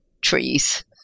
trees